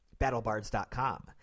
BattleBards.com